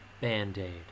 Band-aid